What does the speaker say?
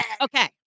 Okay